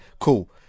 cool